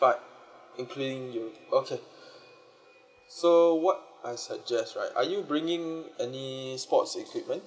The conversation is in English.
but including you okay so what I suggest right are you bringing any sports equipment